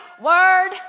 Word